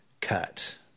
cut